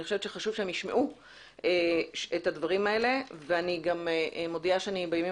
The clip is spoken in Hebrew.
חושבת שחשוב שישמעו את הדברים הללו ומודיעה שבימים